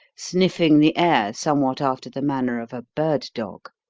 sniffing the air somewhat after the manner of a bird-dog.